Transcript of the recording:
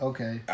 Okay